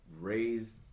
raised